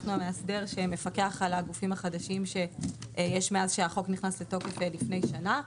אנחנו המאסדר שמפקח על הגופים החדשים שיש מאז החוק נכנס לתוקף לפני שנה.